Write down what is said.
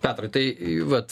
petrai tai vat